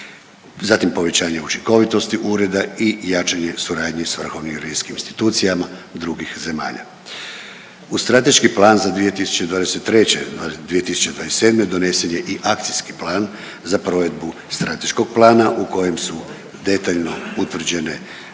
zatim povećanje učinkovitosti ureda i jačanje suradnje s vrhovnim revizijskim institucijama drugih zemalja. Uz strateški plan za 2023.-2027., donesen je i akcijski plan za provedbu strateškog plana u kojem su detaljno utvrđene